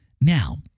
Now